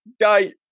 guy